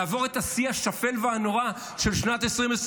לעבור את השיא השפל והנורא של שנת 2023?